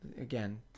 Again